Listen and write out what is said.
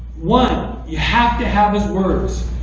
one. you have to have his words.